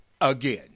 Again